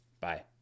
Bye